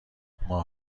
ماه